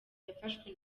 yafashwe